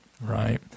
right